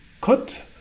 cut